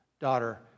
daughter